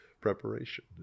preparation